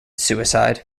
suicide